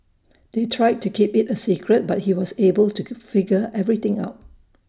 they tried to keep IT A secret but he was able to figure everything out